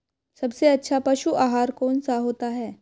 सबसे अच्छा पशु आहार कौन सा होता है?